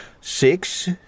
Six